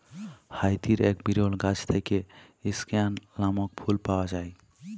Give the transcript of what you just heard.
হাইতির এক বিরল গাছ থেক্যে স্কেয়ান লামক ফুল পাওয়া যায়